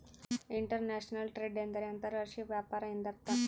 inter national trade ಎಂದರೆ ಅಂತರ್ ರಾಷ್ಟ್ರೀಯ ವ್ಯಾಪಾರ ಎಂದರ್ಥ